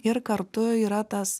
ir kartu yra tas